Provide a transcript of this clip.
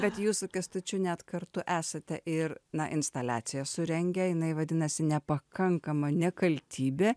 bet jūs su kęstučiu net kartu esate ir na instaliaciją surengę jinai vadinasi nepakankama nekaltybė